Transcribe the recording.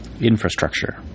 Infrastructure